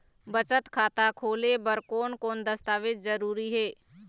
बचत खाता खोले बर कोन कोन दस्तावेज जरूरी हे?